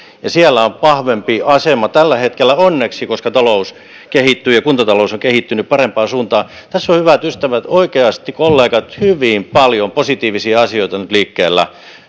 siellä on vahvempi asema tällä hetkellä onneksi koska talous kehittyy ja kuntatalous on kehittynyt parempaan suuntaan tässä on hyvät ystävät oikeasti kollegat hyvin paljon positiivisia asioita nyt liikkeellä